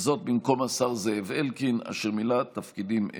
וזאת במקום השר זאב אלקין, אשר מילא תפקידים אלה.